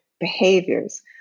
Behaviors